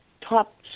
top